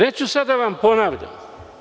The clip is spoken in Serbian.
Neću sada da vam ponavljam.